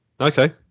Okay